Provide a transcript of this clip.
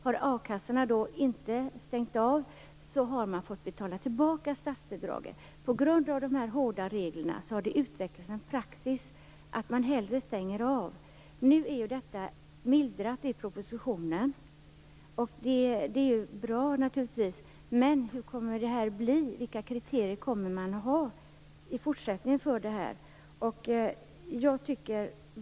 Har a-kassorna då inte stängt av, så har man fått betala tillbaka statsbidraget. På grund av de här hårda reglerna har det utvecklats en praxis att man hellre stänger av. Nu är detta mildrat i propositionen. Det är naturligtvis bra, men vilka kriterier kommer man att ha för det här i fortsättningen?